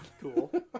Cool